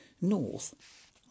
north